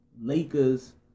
Lakers